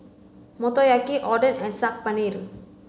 Motoyaki Oden and Saag Paneer